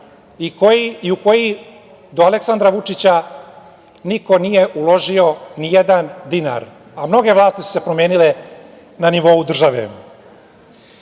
i u koji, do Aleksandra Vučića, niko nije uložio ni jedan dinar, a mnoge vlasti su se promenile na nivou države. Otkud